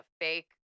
fake